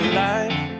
life